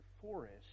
forest